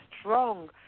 strong